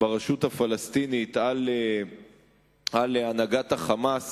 ברשות הפלסטינית על הנהגת ה"חמאס",